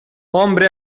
hombre